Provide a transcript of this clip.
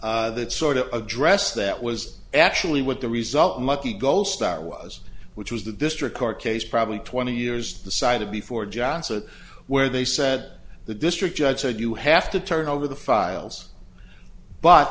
that was actually what the result mucky goldstar was which was the district court case probably twenty years the side of before johnson where they said the district judge said you have to turn over the files but